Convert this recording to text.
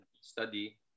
study